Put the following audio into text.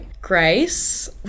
Grace